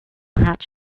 hat